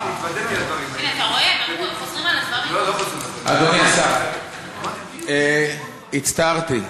אדוני השר, הצטערתי,